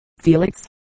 Felix